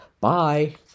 Bye